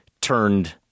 turned